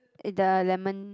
it the lemon